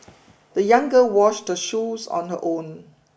the young girl washed the shoes on her own